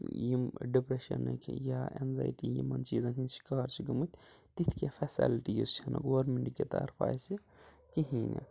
یِم ڈِپریشَنٕکۍ یا اٮ۪نزایٹی یِمَن چیٖزَن ہِنٛدۍ شِکار چھِ گٔمٕتۍ تِتھۍ کیٚنٛہہ فیسَلٹیٖز چھِنہٕ گورمنٹ کہِ طرف آسہِ کِہیٖنۍ